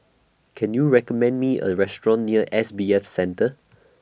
Can YOU recommend Me A Restaurant near S B F Center